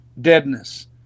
deadness